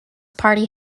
party